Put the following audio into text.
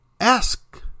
ask